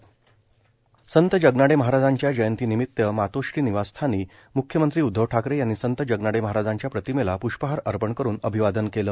जगनाडे महाराज संत जगनाडे महाराजांच्या जयंती निमित्त मातोश्री निवासस्थानी मुख्यमंत्री उदधव ठाकरे यांनी संत जगनाडे महाराजांच्या प्रतिमेला प्ष्पहार अर्पण करून अभिवादन केले